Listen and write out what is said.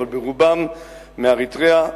אבל רובם מאריתריאה,